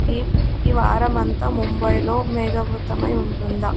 ఈ ఈ వారమంతా ముంబైలో మేఘావృతమై ఉంటుందా